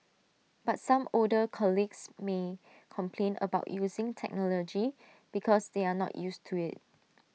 but some older colleagues may complain about using technology because they are not used to IT